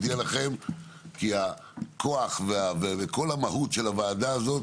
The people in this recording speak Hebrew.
כי הכוח וכל המהות של הוועדה הזאת